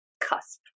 cusp